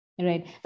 Right